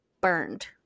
burned